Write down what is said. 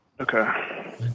Okay